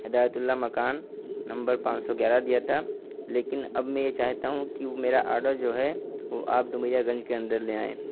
ہدایت اللہ مکان نمبر پانچ سو گیارہ دیا تھا لیکن اب میں یہ چاہتا ہوں کہ میرا آڈر جو ہے وہ آپ ڈومریا گنج کے اندر لے آئیں